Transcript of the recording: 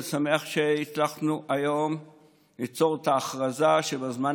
אני שמח שהצלחנו היום ליצור את ההכרזה שבזמן